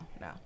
no